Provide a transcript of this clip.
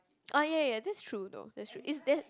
ah ya ya that's true though that's true is there